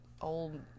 old